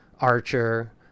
archer